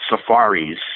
Safaris